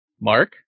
Mark